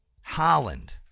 Holland